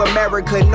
America